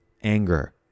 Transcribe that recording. anger